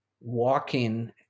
walking